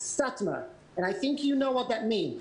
סאטמר ואני חושב שאתה יודע מה זה אומר.